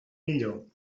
millor